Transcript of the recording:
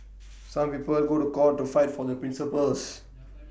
some people go to court to fight for the principles